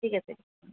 ঠিক আছে